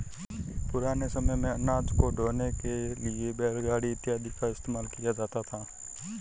पुराने समय मेंअनाज को ढोने के लिए बैलगाड़ी इत्यादि का इस्तेमाल किया जाता था